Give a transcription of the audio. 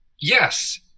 Yes